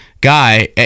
guy